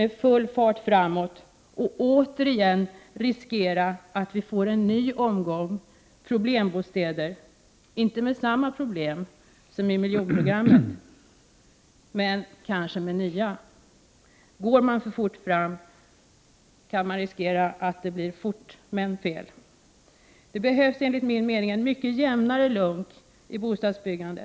Då skulle vi återigen riskera att få en omgång problembostäder, inte med samma problem som i miljonprogrammet, men kanske med nya. Går man för fort fram, kan man riskera att det kommer att gå fel. Det behövs enligt min mening en mycket jämnare lunk i bostadsbyggandet.